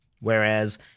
whereas